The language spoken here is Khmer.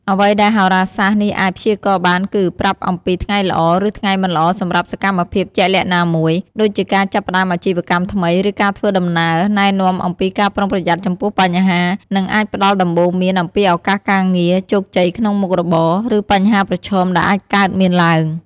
អ្វីដែលហោរាសាស្ត្រនេះអាចព្យាករណ៍បានគឺ ប្រាប់អំពីថ្ងៃល្អ ឬថ្ងៃមិនល្អសម្រាប់សកម្មភាពជាក់លាក់ណាមួយ ដូចជាការចាប់ផ្តើមអាជីវកម្មថ្មី ឬការធ្វើដំណើរ ណែនាំអំពីការប្រុងប្រយ័ត្នចំពោះបញ្ហា និងអាចផ្តល់ដំបូន្មានអំពីឱកាសការងារ ជោគជ័យក្នុងមុខរបរ ឬបញ្ហាប្រឈមដែលអាចកើតមានឡើង។